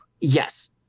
Yes